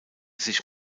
sich